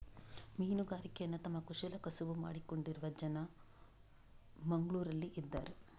ಮೀನುಗಾರಿಕೆಯನ್ನ ತಮ್ಮ ಕುಲ ಕಸುಬು ಮಾಡಿಕೊಂಡಿರುವ ಜನ ಮಂಗ್ಳುರಲ್ಲಿ ಇದಾರೆ